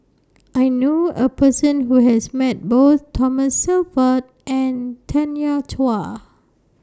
I knew A Person Who has Met Both Thomas Shelford and Tanya Chua